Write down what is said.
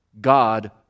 God